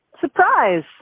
Surprise